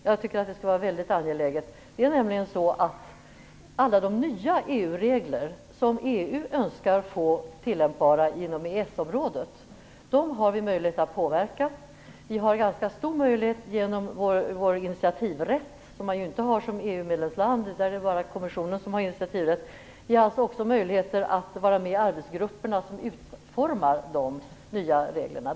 Jag tycker att det är väldigt angeläget. Vi har nämligen möjlighet att påverka alla de nya EU regler som EU önskar få tillämpbara genom EES området. Vi har en ganska stor möjlighet att påverka genom vår initiativrätt, som man ju inte har som EU medlemsland. Det är bara kommissionen som har den rätten. Vi har också möjligheter att vara med i de arbetsgrupper som utformar de nya reglerna.